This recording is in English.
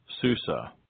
Susa